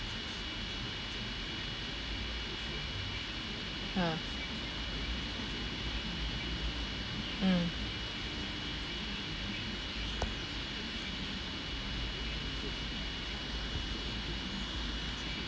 ha mm